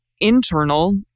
internal